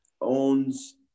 owns